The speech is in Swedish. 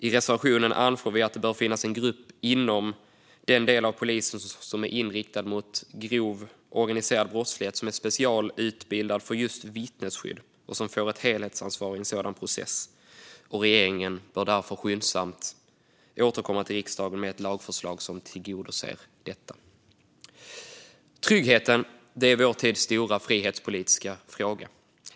I reservationen anför vi att det bör finnas en grupp inom den del av polisen som är inriktad på grov organiserad brottslighet som är specialutbildad för just vittnesskydd och som får ett helhetsansvar i en sådan process. Regeringen bör därför skyndsamt återkomma till riksdagen med ett lagförslag som tillgodoser detta. Tryggheten är vår tids stora frihetspolitiska fråga.